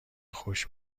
خوش